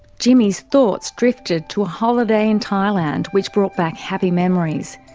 jimmy's thoughts drifted to a holiday in thailand which brought back happy memories.